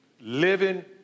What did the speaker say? Living